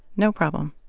no problem